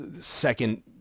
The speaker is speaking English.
second